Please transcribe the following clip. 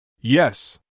Yes